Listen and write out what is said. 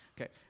Okay